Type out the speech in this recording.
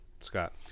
scott